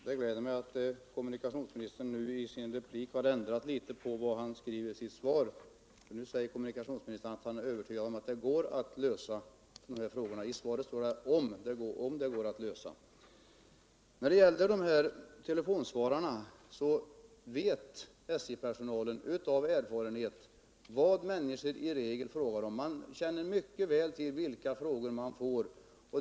Herr talman! Det gläder mig att kommunikationsministern i sin replik har ändrat litet på det han skrev i sitt svar. Nu säger kommunikationsministern att han är övertygad om att frågan går att lösa. I svaret står det ”om” den går all lösa. När det gäller telefonsvarare vet SJ-personalten av erfarenhet vad människor i regel frågar om. Man känner mycket väl till vilka frågor man får.